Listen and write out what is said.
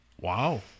Wow